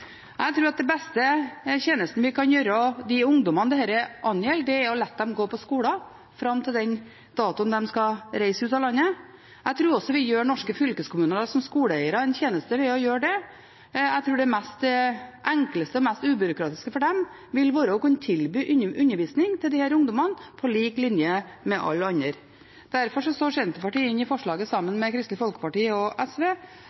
Jeg tror at den beste tjenesten vi kan gjøre de ungdommene dette gjelder, er å la dem gå på skolen fram til datoen de skal reise ut av landet. Jeg tror også vi gjør norske fylkeskommuner som skoleeiere en tjeneste ved å gjøre det. Jeg tror det enkleste og mest ubyråkratiske for dem vil være å kunne tilby disse ungdommene undervisning på lik linje med alle andre. Derfor står Senterpartiet sammen med Kristelig Folkeparti og SV